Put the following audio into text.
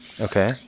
Okay